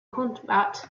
combat